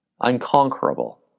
unconquerable